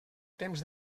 temps